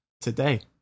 today